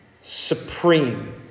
supreme